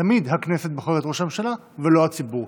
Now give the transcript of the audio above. תמיד הכנסת בוחרת ראש ממשלה ולא הציבור,